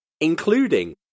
including